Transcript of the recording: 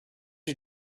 you